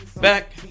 back